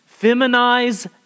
Feminize